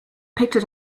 picked